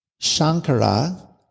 Shankara